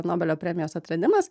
nobelio premijos atradimas